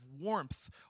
warmth